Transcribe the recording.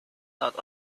not